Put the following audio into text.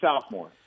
sophomore